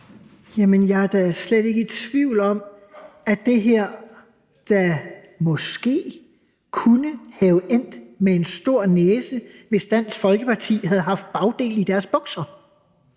jeg er da slet ikke i tvivl om, at det her da måske kunne have endt med en stor næse, hvis Dansk Folkeparti havde haft bagdel i deres bukser,